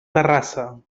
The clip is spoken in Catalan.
terrassa